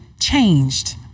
changed